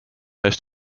eest